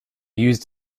used